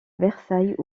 versailles